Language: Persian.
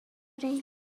میرسه